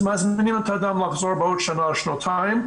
מזמינים את האדם לחזור בעוד שנה או שנתיים,